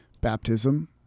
baptism